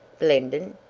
blenden!